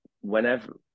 whenever